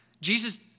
Jesus